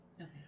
Okay